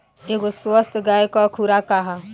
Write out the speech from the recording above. एगो स्वस्थ गाय क खुराक का ह?